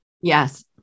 Yes